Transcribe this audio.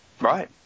Right